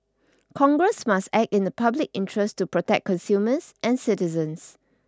congress must act in the public interest to protect consumers and citizens